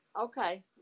okay